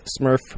smurf